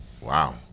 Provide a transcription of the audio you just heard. Wow